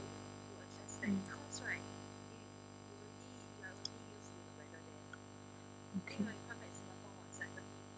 mm okay